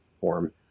form